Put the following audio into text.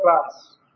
class